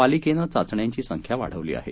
पालिकेनं चाचण्यांची संख्या वाढवली आहे